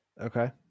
Okay